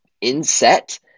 inset